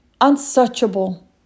unsearchable